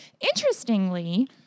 Interestingly